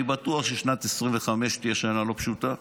אני בטוח ששנת 2025 תהיה שנה לא פשוטה,